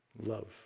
love